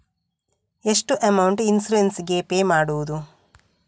ಎಷ್ಟು amount insurance ಗೇ pay ಮಾಡುವುದು?